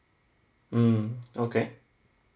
mm okay